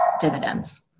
dividends